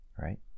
right